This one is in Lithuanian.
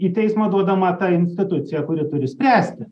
į teismą duodama ta institucija kuri turi spręsti